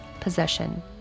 possession